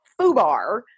foobar